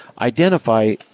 identify